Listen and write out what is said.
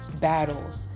battles